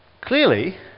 Clearly